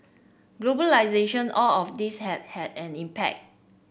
globalisation all of this has had an impact